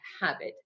habit